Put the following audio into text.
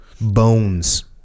bones